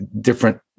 different